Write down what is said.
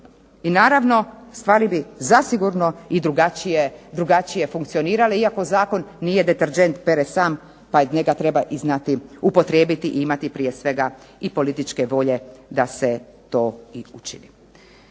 i naravno stvari bi zasigurno i drugačije funkcionirale iako zakon nije deterdžent, pere sam pa njega treba i znati upotrijebiti i imati prije svega i političke volje da se to i učini.